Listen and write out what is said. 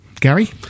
Gary